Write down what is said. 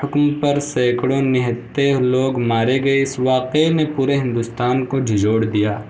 حکم پر سیکروں نہتے لوگ مارے گئے اس واقعے نے پورے ہندوستان کو جھنجھوڑ دیا